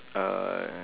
uh